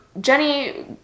Jenny